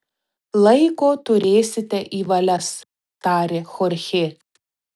laiko turėsite į valias tarė chorchė